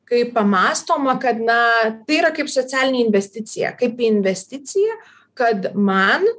kai pamąstoma kad na tai yra kaip socialinė investicija kaip investicija kad man